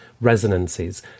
resonances